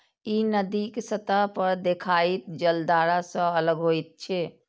ई नदीक सतह पर देखाइत जलधारा सं अलग होइत छै